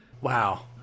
Wow